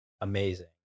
amazing